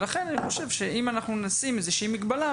אני חושב שאם נשים איזו שהיא מגבלה,